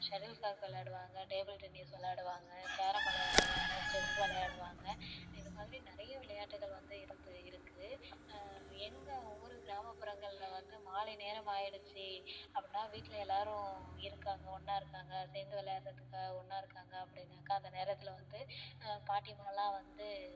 shuttlecock விளையாடுவாங்க table tennis விளையாடுவாங்க carrom வெளையாடுவாங்க செஸ் விளையாடுவாங்க இது மாதிரி நிறைய விளையாட்டுகள் வந்து இருந்து இருக்குது எங்கள் ஊர் கிராமப்புறங்களில் வந்து மாலை நேரம் ஆயிடுச்சு அப்படின்னா வீட்டில் எல்லோரும் இருக்காங்கள் ஒன்னா இருக்காங்க சேர்ந்து விளையாட்றதுக்கு ஒன்றா இருக்காங்க அப்படின்னாக்கா அந்த நேரத்தில் வந்து பாட்டிமாலாம் வந்து